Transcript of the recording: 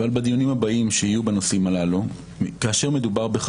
בדיונים הבאים שיהיו בנושאים הללו לזמן לוועדה נציגים של